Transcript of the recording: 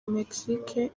mexique